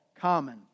common